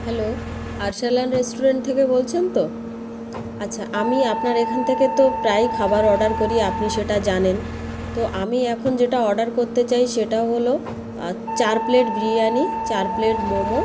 hello Arsalan restaurant থেকে বলছেন তো আচ্ছা আমি আপনার এখান থেকে তো প্রায়ই খাবার অর্ডার করি আপনি সেটা জানেন তো আমি এখন যেটা অর্ডার করতে চাই সেটা হলো চার প্লেট বিরিয়ানি চার প্লেট মোমো